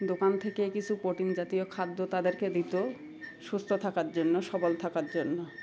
দোকান থেকে কিছু প্রোটিন জাতীয় খাদ্য তাদেরকে দিত সুস্থ থাকার জন্য সবল থাকার জন্য